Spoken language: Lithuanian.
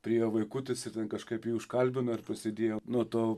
priėjo vaikutis ir ten kažkaip jį užkalbino ir prasidėjo nuo to